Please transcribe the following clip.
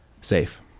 safe